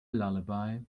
lullaby